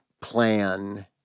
plan